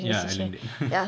ya I learnt that